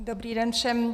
Dobrý den všem.